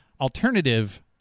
alternative